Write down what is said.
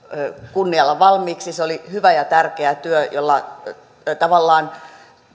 kunnialla valmiiksi ja se oli hyvä ja tärkeä työ jolla tavallaan